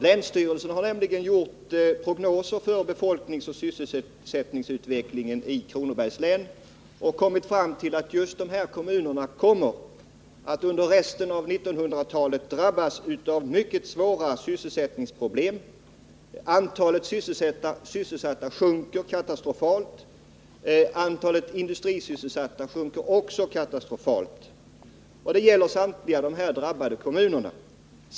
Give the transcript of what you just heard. Länsstyrelsen har nämligen tagit fram prognoser för befolkningsoch sysselsättningsutvecklingen i Kronobergs län och kommit fram till att just dessa kommuner kommer att under resten av 1900-talet drabbas av mycket stora sysselsättningssvårigheter. Antalet sysselsatta över huvud taget sjunker katastrofalt, liksom antalet industrisysselsatta. Detta gäller alla drabbade kommuner.